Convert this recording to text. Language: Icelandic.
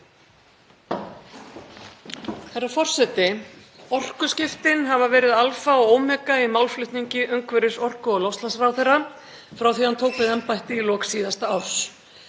Herra forseti. Orkuskiptin hafa verið alfa og omega í málflutningi umhverfis-, orku- og loftslagsráðherra frá því að hann tók við embætti í lok síðasta árs.